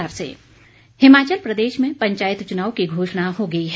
पंचायत चुनाव हिमाचल प्रदेश में पंचायत चुनाव की घोषणा हो गई है